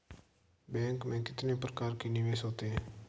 Bank में कितने प्रकार के निवेश होते हैं?